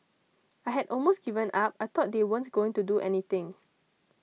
I had almost given up I thought they weren't going to do anything